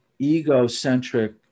egocentric